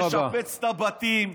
לשפץ את הבתים,